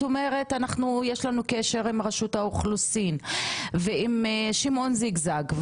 את אומרת יש לנו קשר עם רשות האוכלוסין ועם שמעון זיגזג.